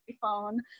phone